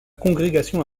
congrégation